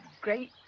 great